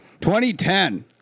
2010